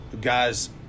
guys